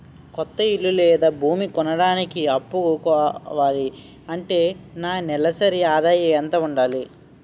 కొత్త ఇల్లు లేదా భూమి కొనడానికి అప్పు కావాలి అంటే నా నెలసరి ఆదాయం ఎంత ఉండాలి?